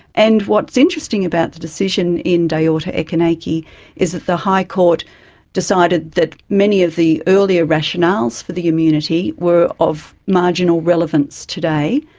and what's interesting about the decision in d'orta-ekenaike is that the high court decided that many of the earlier rationales for the immunity were of marginal relevance today,